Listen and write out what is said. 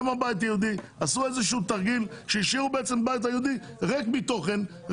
גם הבית היהודי עשו איזשהו תרגיל שהשאירו את הבית היהודי ריק מתוכן,